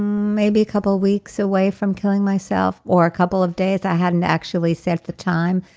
maybe a couple weeks away from killing myself, or a couple of days. i hadn't actually set the time,